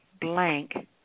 blank